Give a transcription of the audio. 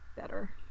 better